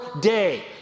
day